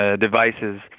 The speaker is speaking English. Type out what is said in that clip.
devices